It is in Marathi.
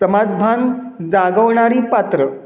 समाजभान जागवणारी पात्र